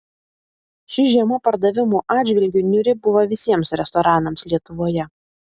ši žiema pardavimų atžvilgiu niūri buvo visiems restoranams lietuvoje